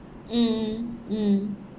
mm mm